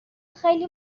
خیلی